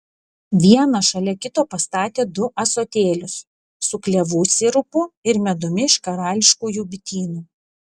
vieną šalia kito pastatė du ąsotėlius su klevų sirupu ir medumi iš karališkųjų bitynų